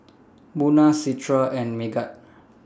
Munah Citra and Megat